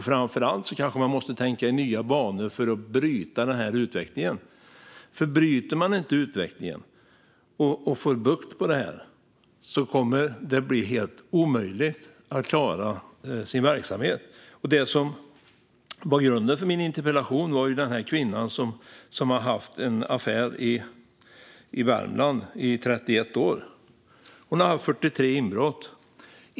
Framför allt kanske man måste tänka i nya banor för att bryta utvecklingen, för om man inte får bukt med det här kommer det att bli helt omöjligt att klara sin verksamhet. Det som var grunden för min interpellation var kvinnan som har haft en affär i Värmland i 31 år. Hon har haft 43 inbrott.